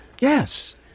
Yes